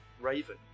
Raven